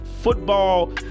football